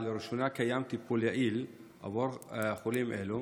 שבה לראשונה קיים טיפול יעיל עבור חולים אלו,